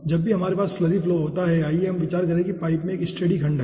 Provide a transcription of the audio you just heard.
जब भी हमारे पास स्लरी फ्लो होता है और आइए हम विचार करें कि पाइप में एक स्टेडी खंड है